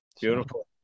Beautiful